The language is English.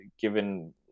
given